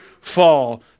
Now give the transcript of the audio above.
fall